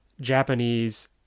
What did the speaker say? Japanese